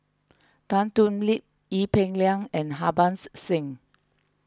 Tan Thoon Lip Ee Peng Liang and Harbans Singh